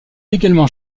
également